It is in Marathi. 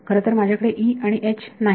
खरंतर माझ्याकडे आणि नाही